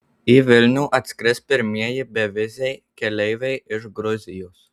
į vilnių atskris pirmieji beviziai keleiviai iš gruzijos